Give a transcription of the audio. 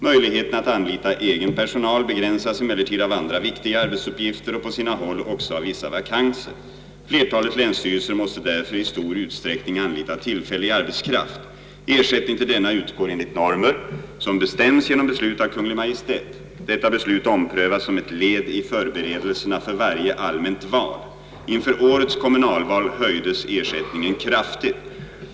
Möjligheterna att anlita egen personal begränsas emellertid av andra viktiga arbetsuppgifter och på sina håll också av vissa vakanser. Flertalet länsstyrelser måste därför i stor utsträckning anlita tillfällig arbetskraft. Ersättning till denna utgår enligt normer som bestäms genom beslut av Kungl. Maj:t. Detta beslut omprövas som ett led i förberedelserna för varje allmänt val. Inför årets kommunalval höjdes ersättningen kraftigt.